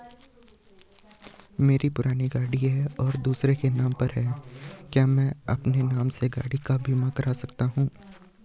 मेरी पुरानी गाड़ी है और दूसरे के नाम पर है क्या मैं अपने नाम से गाड़ी का बीमा कर सकता हूँ?